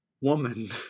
woman